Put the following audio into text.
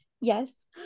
Yes